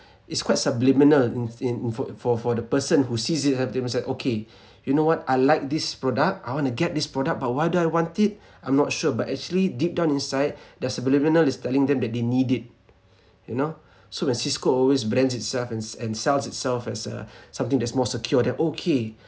it's quite subliminal in f~ in uh for for for the person who sees the advertisement said okay you know what I like this product I want to get this product but why do I want it I'm not sure but actually deep down inside their subliminal is telling them that they need it you know so when cisco always brands itself and s~ and sells itself as uh something that's more secure they okay